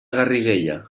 garriguella